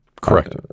Correct